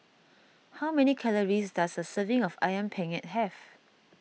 how many calories does a serving of Ayam Penyet have